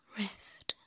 rift